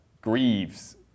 grieves